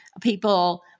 people